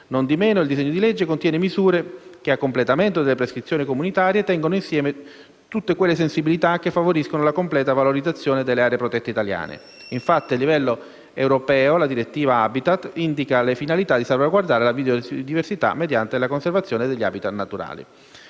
Non di meno, il disegno di legge contiene misure che, a completamento delle prescrizioni comunitarie, tengono assieme tutte quelle sensibilità che favoriscono la completa valorizzazione delle aree protette italiane. Infatti, a livello europeo la direttiva Habitat indica le finalità di salvaguardare la biodiversità mediante la conservazione degli *habitat* naturali.